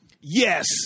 Yes